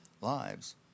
lives